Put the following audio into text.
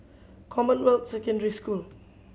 Commonwealth Secondary School